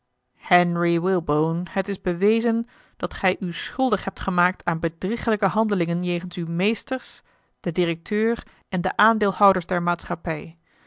henry walebone het is bewezen dat gij u schuldig hebt gemaakt aan bedriegelijke handelingen jegens uwe meesters den directeur en de aandeelhouders der maatschappij